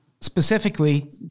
specifically